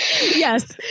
Yes